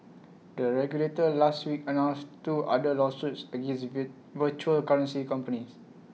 the regulator last week announced two other lawsuits against virtual currency companies